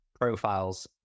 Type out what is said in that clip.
profiles